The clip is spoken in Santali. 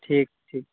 ᱴᱷᱤᱠ ᱴᱷᱤᱠ